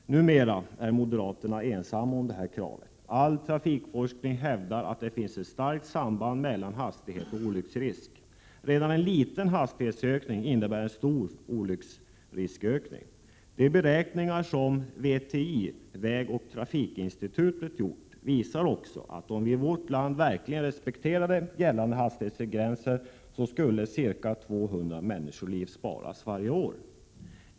Numera är moderaterna ensamma om detta krav. All trafikforskning hävdar att det finns ett starkt samband mellan hastighet och olycksrisk. Redan en liten hastighetsökning innebär en stor olycksriskökning. De beräkningar som VTI — vägoch trafikinstitutet — gjort visar också att om vi i vårt land verkligen respekterade gällande hastighetsgränser skulle ca 200 människoliv sparas varje år.